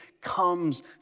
comes